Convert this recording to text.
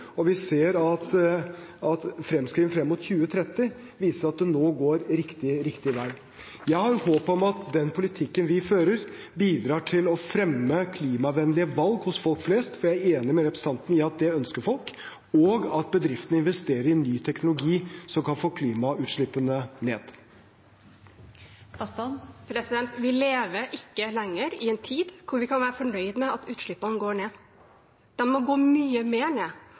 og vi ser at fremskrivninger frem mot 2030 viser at det nå går riktig vei. Jeg har håp om at den politikken vi fører, bidrar til å fremme klimavennlige valg hos folk flest, for jeg er enig med representanten i at det ønsker folk, og at bedriftene investerer i ny teknologi som kan få klimautslippene ned. Vi lever ikke lenger i en tid hvor vi kan være fornøyd med at utslippene går ned. De må gå mye mer ned.